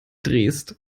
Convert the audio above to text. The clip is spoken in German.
drehst